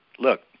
Look